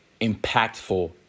impactful